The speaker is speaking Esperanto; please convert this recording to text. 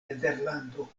nederlando